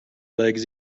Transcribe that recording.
legs